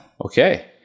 Okay